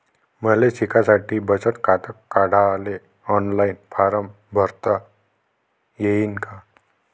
मले शिकासाठी बचत खात काढाले ऑनलाईन फारम भरता येईन का?